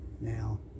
Now